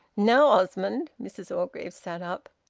now, osmond! mrs orgreave sat up.